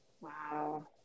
Wow